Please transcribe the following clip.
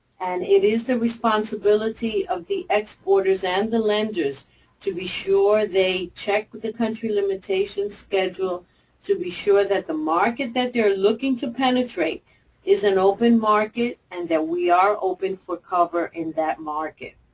and it is the responsibility of the exporters and the lenders to be sure they check with the country limitation schedule to be sure that the market that you're looking to penetrate is an open market and that we are open for cover in that market.